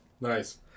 Nice